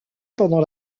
pendant